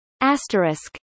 asterisk